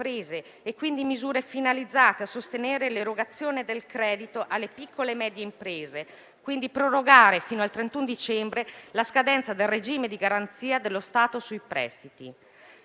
c) misure finalizzate a sostenere l'erogazione del credito alle piccole e medie imprese (PMI) e a prorogare fino al 31 dicembre 2021, la scadenza del regime di garanzia dello Stato sui prestiti;